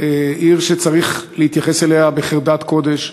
עיר שצריך להתייחס אליה בחרדת קודש,